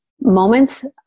moments